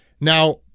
Now